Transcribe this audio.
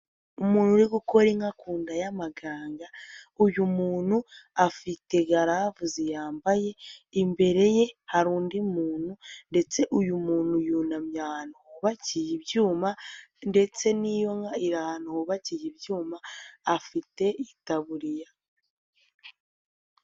Umuntu uri gukora inka ku nda y'amaganga uyu muntu afite garavuzi yambaye, imbere ye hari undi muntu ndetse uyu muntu yunamye ahantu hubakiye ibyuma ndetse n'iyo nka iri ahantu hubakiye ibyuma afite itaburiya.